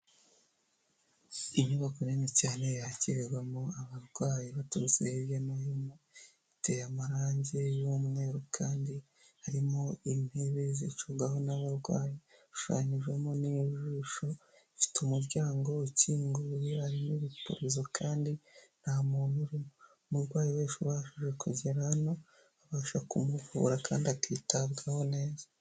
Inyubako nini cyane yakirirwamo abarwayi baturutse hirya no hino, iteye amarangi y'umweru kandi harimo intebe zicarwaho n'abarwayi, hashushanyijemo n'ijisho, ifite umuryango ukinguye, hari n'ibipurizo kandi nta muntu urimo. Umurwayi wese ubashije kugera hano babasha kumuvura kandi akitabwaho neza.